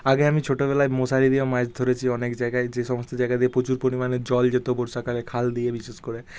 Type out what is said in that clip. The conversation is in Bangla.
আগে আমি ছোটোবেলায় মশারি দিয়ে মাছ ধরেছি অনেক জায়গায় যে সমস্ত জায়গাতে পোচুর পরিমাণে জল যেত বর্ষাকালে খাল দিয়ে বিশেষ করে